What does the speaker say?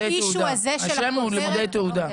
השם הוא לימודי תעודה.